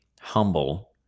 humble